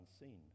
unseen